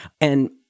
And-